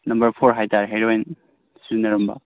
number four ꯍꯥꯏꯇꯔꯦ ꯍꯦꯔꯣꯏꯟ ꯁꯤꯖꯤꯟꯅꯔꯝꯕ